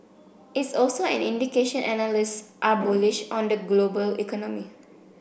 it's also an indication analysts are bullish on the global economy